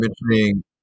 mentioning